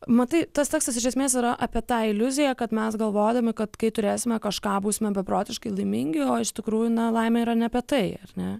matai tas tekstas iš esmės yra apie tą iliuziją kad mes galvodami kad kai turėsime kažką būsime beprotiškai laimingi o iš tikrųjų na laimė yra ne apie tai ar ne